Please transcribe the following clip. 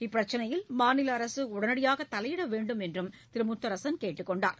இப்பிரச்சினையில் மாநில அரசு உடனடியாக தலையிட வேண்டும் என்றும் திரு முத்தரசன் கேட்டுக் கொண்டார்